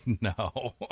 no